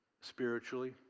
spiritually